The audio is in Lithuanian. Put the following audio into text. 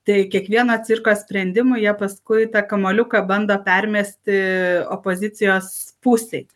tai kiekvieno cirko sprendimu jie paskui tą kamuoliuką bando permesti opozicijos pusei